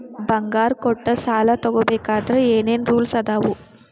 ಬಂಗಾರ ಕೊಟ್ಟ ಸಾಲ ತಗೋಬೇಕಾದ್ರೆ ಏನ್ ಏನ್ ರೂಲ್ಸ್ ಅದಾವು?